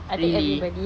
I think everybody